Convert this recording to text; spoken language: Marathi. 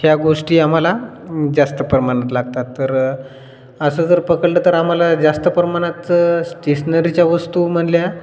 ह्या गोष्टी आम्हाला जास्त प्रमाणात लागतात तर असं जर पकडलं तर आम्हाला जास्त प्रमाणातचं स्टेशनरीच्या वस्तू म्हणल्या